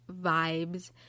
vibes